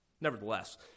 Nevertheless